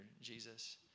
Jesus